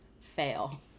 fail